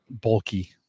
bulky